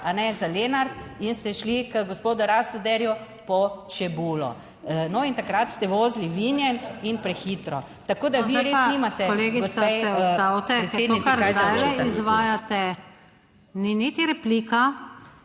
za Lenart in ste šli k gospodu Rastoderju po čebulo. No in takrat ste vozili vinjen in prehitro. Tako da vi res nimate gospe predsednici kaj za očitati...